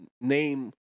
name